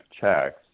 checks